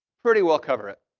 pretty well cover it.